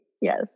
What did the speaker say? Yes